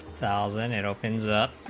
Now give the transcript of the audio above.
thousand and opens up